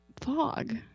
fog